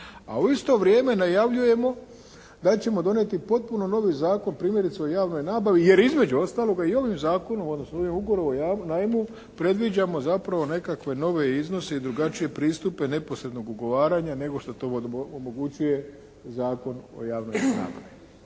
a u isto vrijeme najavljujemo da ćemo donijeti potpuno novi zakon primjerice o javnoj nabavi jer između ostaloga i ovim zakonom, odnosno ovim ugovorom o najmu predviđamo zapravo nekakve nove iznose i drugačije pristupe neposrednog ugovaranja nego što to omogućuje Zakon o javnoj nabavi.